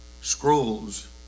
scrolls